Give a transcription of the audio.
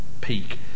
peak